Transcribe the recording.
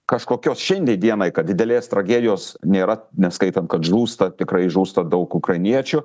kažkokios šiandie dienai kad didelės tragedijos nėra neskaitant kad žūsta tikrai žūsta daug ukrainiečių